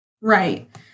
Right